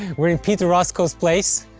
we're in peter roscoe's place.